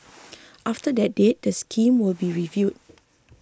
after that date the scheme will be reviewed